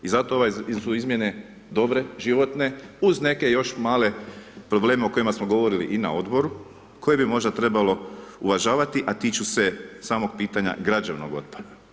I zato su izmjene dobre, životne, uz neke još male probleme o kojima smo govorili i na odboru, koje bi možda trebalo uvažavati, a tiče se samog pitanja građevnog otpada.